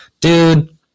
Dude